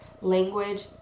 language